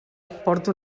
porta